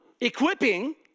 Equipping